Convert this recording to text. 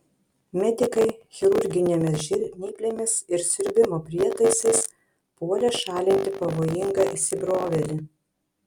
medikai chirurginėmis žnyplėmis ir siurbimo prietaisais puolė šalinti pavojingą įsibrovėlį